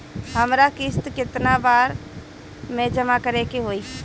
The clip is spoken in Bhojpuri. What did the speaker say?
हमरा किस्त केतना बार में जमा करे के होई?